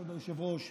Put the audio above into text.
כבוד היושב-ראש,